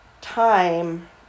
time